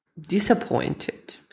disappointed